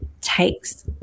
takes